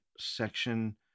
section